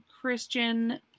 Christian